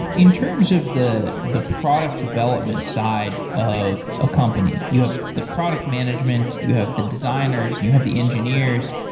in terms of the the product development side of a company, you have the product management, you have the designers and you have the engineers.